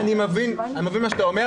אדוני, אני מבין מה שאתה אומר.